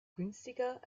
günstiger